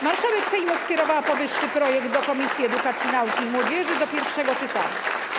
Marszałek Sejmu skierowała powyższy projekt ustawy do Komisji Edukacji, Nauki i Młodzieży do pierwszego czytania.